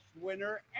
winner